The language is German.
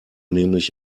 nämlich